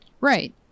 Right